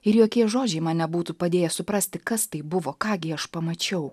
ir jokie žodžiai man nebūtų padėję suprasti kas tai buvo ką gi aš pamačiau